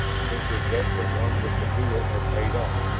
since his desperate one with the duel had paid off.